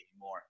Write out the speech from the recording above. more